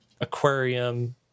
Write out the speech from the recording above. aquarium